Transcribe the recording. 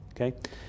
okay